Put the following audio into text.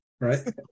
right